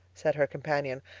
said her companion,